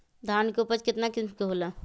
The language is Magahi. धान के उपज केतना किस्म के होला?